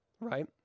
right